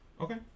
Okay